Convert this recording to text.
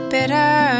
Bitter